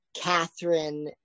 Catherine